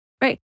Right